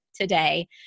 today